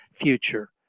future